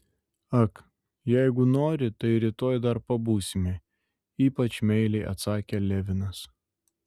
ak jeigu nori tai rytoj dar pabūsime ypač meiliai atsakė levinas